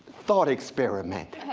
thought experiment.